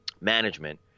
management